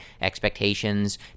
expectations